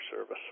service